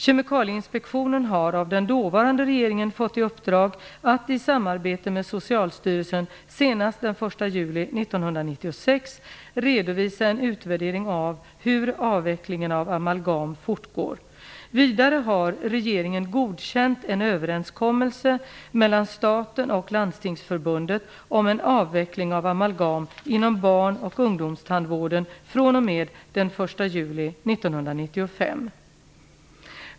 Kemikalieinspektionen har av den dåvarande regeringen fått i uppdrag att i samarbete med Socialstyrelsen senast den 1 juli 1996 redovisa en utvärdering av hur avvecklingen av amalgam fortgår. Vidare har regeringen godkänt en överenskommelse mellan staten och Landstingsförbundet om en avveckling av amalgam inom barn och ungdomstandvården fr.o.m. den 1 juli 1995.